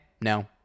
no